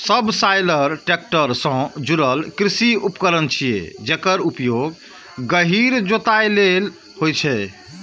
subsoiler tractor सं जुड़ल कृषि उपकरण छियै, जेकर उपयोग गहींर जोताइ लेल होइ छै